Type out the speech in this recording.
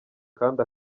kandi